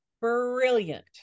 Brilliant